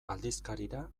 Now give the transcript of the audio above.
aldizkarira